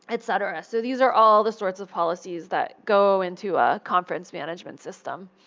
et cetera. so these are all the sorts of policies that go into a conference management system.